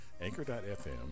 Anchor.fm